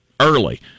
early